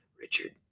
Richard